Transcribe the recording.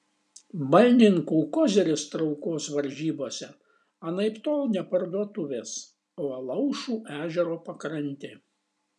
balninkų koziris traukos varžybose anaiptol ne parduotuvės o alaušų ežero pakrantė